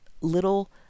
little